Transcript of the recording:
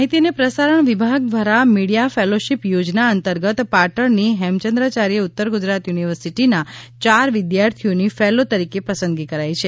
માહિતી અને પ્રસારણ વિભાગ દ્વારા મિડીયા ફૅલોશીપ યોજના અંતર્ગત પાટણની હેમચંદ્રાચાર્ય ઉત્તર ગુજરાત યુનિવર્સિટી ના ચાર વિદ્યાર્થીઓની ફેલો તરીકે પસંદગી કરાઈ છે